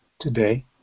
today